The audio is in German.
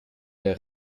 der